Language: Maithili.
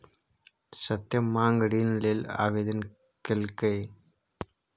सत्यम माँग ऋण लेल आवेदन केलकै